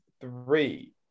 three